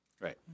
Right